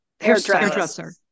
hairdresser